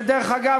ודרך אגב,